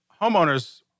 homeowners